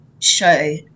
show